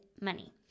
money